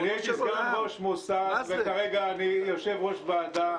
הייתי סגן ראש המוסד וכרגע אני יושב-ראש ועדה.